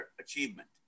achievement